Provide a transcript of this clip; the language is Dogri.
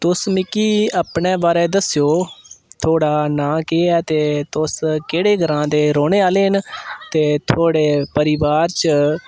तुस मिगी अपने बारै दस्सेओ थुआढ़ा नांऽ केह् ऐ ते तुस केह्ड़े ग्रांऽ दे रौह्ने आह्ले न ते थुआढ़े परिवार च